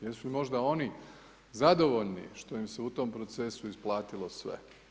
Jesu li možda oni zadovoljni što im se u tom procesu isplatilo sve.